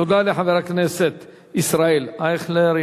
תודה לחבר הכנסת ישראל אייכלר.